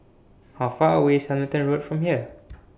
How Far away IS Hamilton Road from here